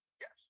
Yes